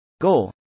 Goal